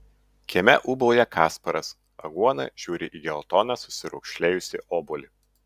kieme ūbauja kasparas aguona žiūri į geltoną susiraukšlėjusį obuolį